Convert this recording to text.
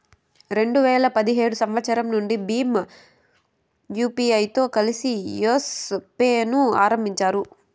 రెండు వేల పదిహేడు సంవచ్చరం నుండి భీమ్ యూపీఐతో కలిసి యెస్ పే ను ఆరంభించారు